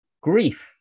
grief